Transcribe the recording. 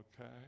okay